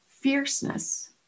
fierceness